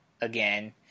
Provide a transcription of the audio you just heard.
again